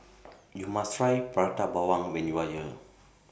YOU must Try Prata Bawang when YOU Are here